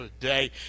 today